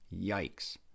Yikes